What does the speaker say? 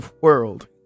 world